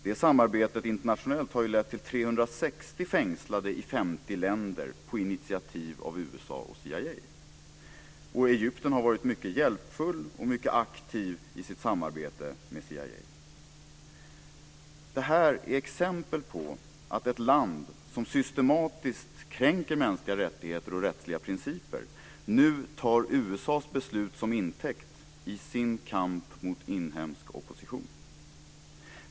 Internationellt samarbete har lett till 360 fängslade i 50 länder på initiativ av USA och CIA. Egypten har varit mycket hjälpsamt och mycket aktivt i sitt samarbete med CIA. Detta är exempel på att ett land som systematiskt kränker mänskliga rättigheter och går emot rättsliga principer nu tar USA:s beslut som intäkt för att själv agera i sin kamp mot inhemsk opposition.